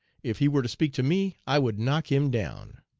if he were to speak to me i would knock him down.